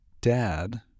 dad